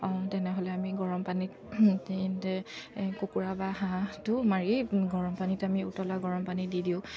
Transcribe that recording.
অঁ তেনেহ'লে আমি গৰমপানীত কুকুৰা বা হাঁহটো মাৰি গৰমপানীত আমি উতলা গৰমপানী দি দিওঁ